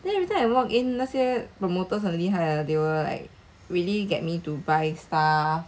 then every time I walk in 那些 promoters 很厉害 they were like really get me to buy stuff